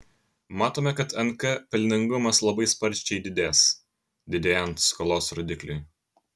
matome kad nk pelningumas labai sparčiai didės didėjant skolos rodikliui